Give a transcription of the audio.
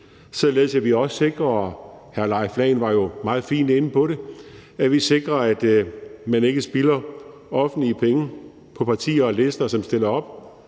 var inde på, nemlig at man ikke spilder offentlige penge på partier og lister, som stiller op,